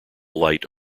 light